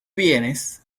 bienes